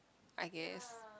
I guess